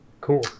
cool